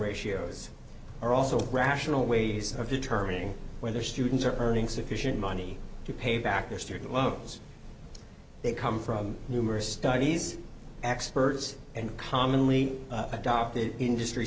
ratios are also rational ways of determining whether students are earning sufficient money to pay back their student loans they come from numerous studies experts and commonly adopted industry